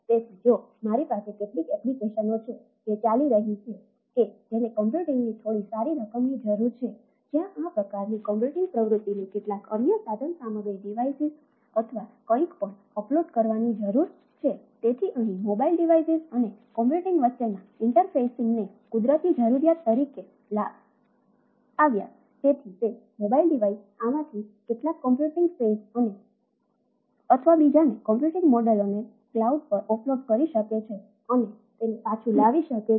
તેથી જો મારી પાસે કેટલીક એપ્લિકેશનો છે જે ચાલી રહી છે કે જેને કમ્પ્યુટિંગની થોડી સારી રકમની જરૂર છે જ્યાં આ પ્રકારની કમ્પ્યુટિંગ પ્રવૃત્તિને કેટલાક અન્ય સાધનસામગ્રી ડિવાઇસ જરૂરી છે